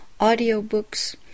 audiobooks